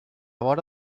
vora